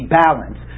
balance